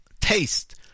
taste